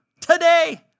today